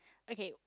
okay